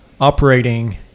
operating